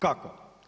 Kako?